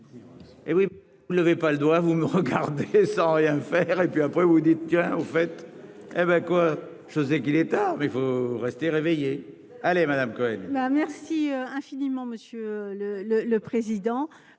Eh oui, vous n'avez pas le droit, vous me regarder sans rien faire, et puis après vous dites tiens en fait hé ben quoi, je sais qu'il est tard, mais il faut rester réveillé allez Madame Cohen. Ben merci infiniment Monsieur le le le président,